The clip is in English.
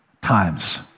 times